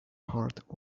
heart